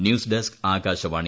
news desk Akashvani